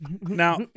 Now